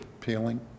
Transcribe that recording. peeling